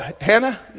Hannah